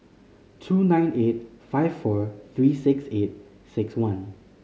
two nine eight five four three six eight six one